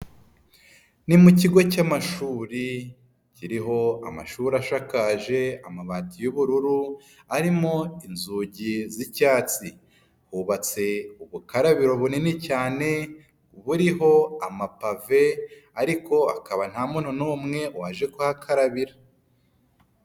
Ni mu kigo cy'amashuri kiriho amashuri ashakaje amabati y'ubururu arimo inzugi z'icyatsi, hubatse ubukarabiro bunini cyane buriho amapave ariko akaba nta muntu n'umwe waje kuhakarabira.